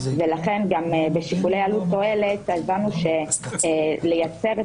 ולכן גם בשיקולי עלות-תועלת הבנו שלייצר את